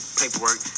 paperwork